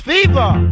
Fever